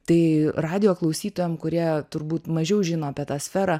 tai radijo klausytojam kurie turbūt mažiau žino apie tą sferą